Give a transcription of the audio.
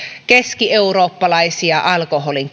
keskieurooppalaisia alkoholin